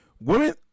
women